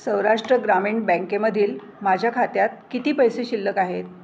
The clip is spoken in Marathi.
सौराष्ट्र ग्रामीण बँकेमधील माझ्या खात्यात किती पैसे शिल्लक आहेत